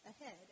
ahead